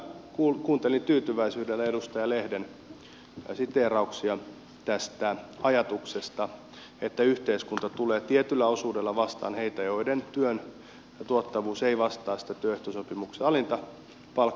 kuuntelin tyytyväisyydellä edustaja lehden siteerauksia tästä ajatuksesta että yhteiskunta tulee tietyllä osuudella vastaan heitä joiden työn tuottavuus ei vastaa työehtosopimuksen alinta palkkaa